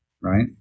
right